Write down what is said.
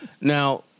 Now